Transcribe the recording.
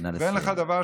נא לסיים.